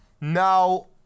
now